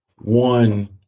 one